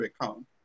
account